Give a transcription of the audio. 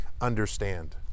understand